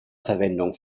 verwendung